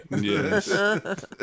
Yes